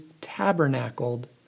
tabernacled